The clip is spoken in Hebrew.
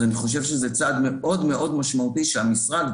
אז אני חושב שזה צעד מאוד משמעותי שהמשרד,